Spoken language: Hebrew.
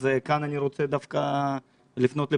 אז כאן אני רוצה דווקא לפנות לפרופ'